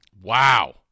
Wow